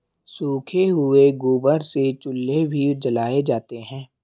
सूखे हुए गोबर से चूल्हे भी जलाए जाते हैं